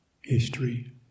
history